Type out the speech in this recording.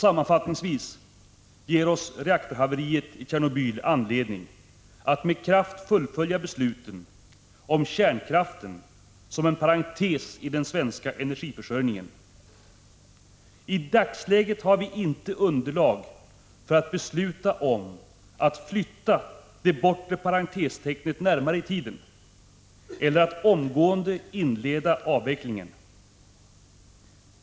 Sammanfattningsvis ger oss reaktorhaveriet i Tjernobyl anledning att med kraft fullfölja besluten om kärnkraften som en parentes i den svenska energiförsörjningen. I dagsläget har vi inte underlag för att besluta om att flytta det bortre parentestecknet närmare i tiden eller att omgående inleda avvecklingen.